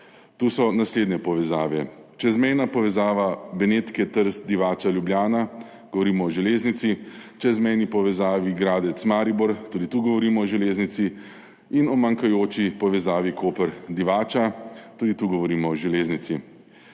tu so naslednje povezave – čezmejna povezava Benetke–Trst–Divača–Ljubljana, govorimo o železnici, čezmejna povezava Gradec–Maribor, tudi tu govorimo o železnici, manjkajoča povezava Koper–Divača, tudi tu govorimo o železnici.